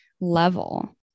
level